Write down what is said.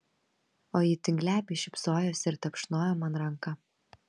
o ji tik glebiai šypsojosi ir tapšnojo man ranką